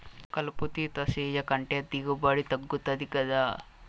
కలుపు తీత సేయకంటే దిగుబడి తగ్గుతది గదా